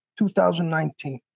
2019